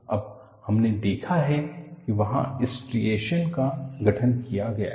अब हमने देखा है कि वहाँ स्ट्रिएशनस का गठन किया गया है